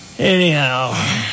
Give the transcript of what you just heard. Anyhow